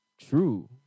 True